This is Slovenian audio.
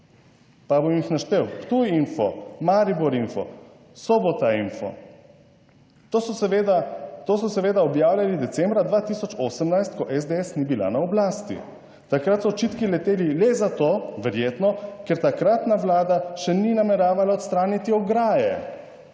pa bom jih naštel, Ptujinfo, Mariborinfo, Sobotainfo. To so seveda objavljali decembra 2018, ko SDS ni bila na oblasti. Takrat so očitki leteli le zato, verjetno, ker takratna vlada še ni nameravala odstraniti ograje.